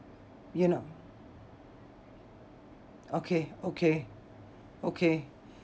you know okay okay okay